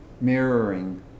mirroring